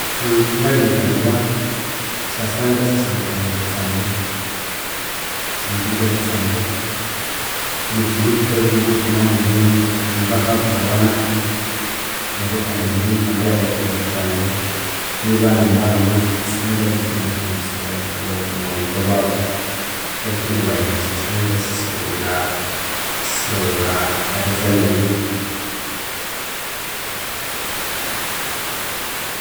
ngalhengekanaya esya sente sisyangaghulha ebitsange kusangwa ibwa ebisgsange ni kindu kikalhwa okwa omwa muthima wo mundu, omundu akabuthawa nakyu neryo kandi omundu yukanayilhethera ebistange ni banene abanawithe esya sente bethu neryo kandi sibawithe buholho omwa buyingo bwabu kikalhetha enabugha indi esya sente sisirighulha sisirighulha eritsema eyihi.